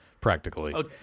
practically